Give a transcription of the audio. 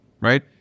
right